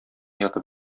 ятып